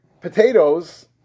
potatoes